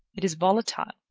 it is volatile,